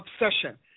obsession